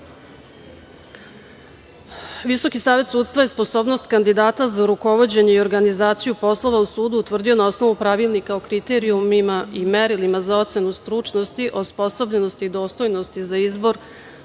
sudija. Visoki savet sudstva je sposobnost kandidata za rukovođenje i organizaciju Poslova u sudu utvrdio na osnovu Pravilnika o kriterijumima i merilima za ocenu stručnosti, osposobljenosti i dostojnosti za izbor